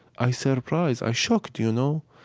i surprised. i shocked, you know.